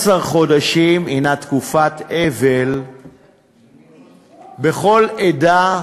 12 חודשים הם תקופת אבל בכל עדה